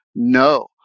No